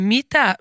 Mitä